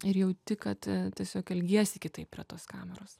ir jauti kad tiesiog elgiesi kitaip prie tos kameros